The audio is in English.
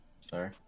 sorry